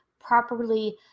properly